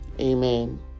amen